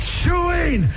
chewing